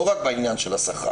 ולא רק בעניין של השכר.